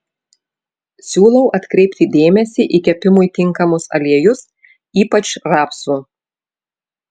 siūlau atkreipti dėmesį į kepimui tinkamus aliejus ypač rapsų